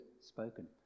spoken